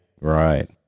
Right